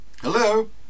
Hello